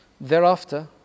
Thereafter